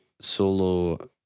solo